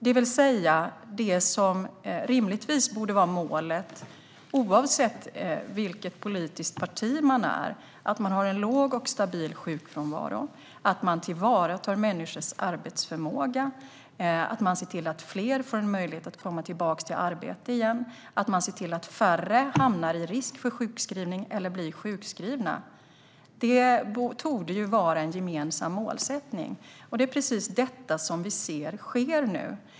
Det är det som rimligtvis borde vara målet oavsett vilket politiskt parti man tillhör: att man har en låg och stabil sjukfrånvaro, tillvaratar människors arbetsförmåga och ser till att fler får möjlighet att komma tillbaka till arbetet igen och att färre hamnar i riskzonen för sjukskrivning eller blir sjukskrivna. Det torde vara en gemensam målsättning, och det är precis detta som nu sker.